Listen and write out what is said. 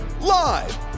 live